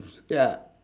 ya